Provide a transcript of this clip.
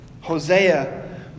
Hosea